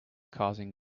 causing